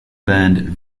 band